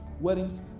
weddings